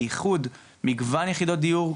בייחוד מגוון יחידות דיור,